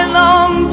long